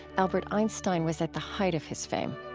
albert einstein was at the height of his fame.